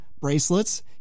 bracelets